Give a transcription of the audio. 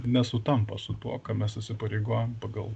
nesutampa su tuo ką mes įsipareigojam pagal